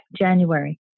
January